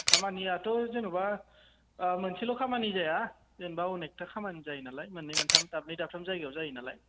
खामानियाथ' जेन'बा मोनसेल' खामानि जाया जेन'बा अनेखथा खामानि जायो नालाय मोन्नै मोनथाम दाबनै दाबथाम जायगायाव जायो नालाय